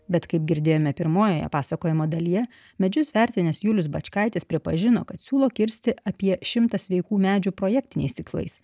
bet kaip girdėjome pirmojoje pasakojimo dalyje medžius vertinęs julius bačkaitis pripažino kad siūlo kirsti apie šimtą sveikų medžių projektiniais tikslais